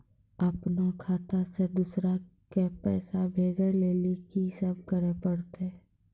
अपनो खाता से दूसरा के पैसा भेजै लेली की सब करे परतै?